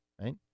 right